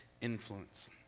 influence